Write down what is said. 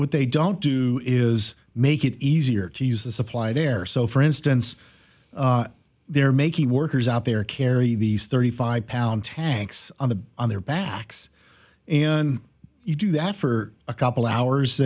they don't do is make it easier to use the supply there so for instance they're making workers out there carry these thirty five pound tanks on the on their backs and you do that for a couple hours